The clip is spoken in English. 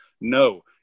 no